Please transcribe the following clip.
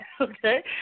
okay